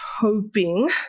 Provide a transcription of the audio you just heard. hoping